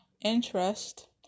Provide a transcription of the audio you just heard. interest